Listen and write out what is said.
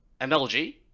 MLG